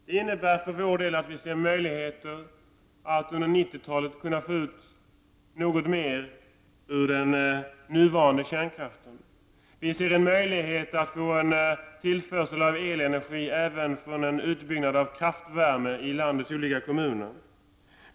Det innebär att vi för vår del ser möjligheter att under 90-talet kunna få ut något mer ur den nuvarande kärnkraften. Vi ser en möjlighet att få en tillförsel av elenergi även från en utbyggnad av kraftvärme i landets olika kommuner.